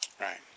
Right